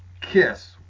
KISS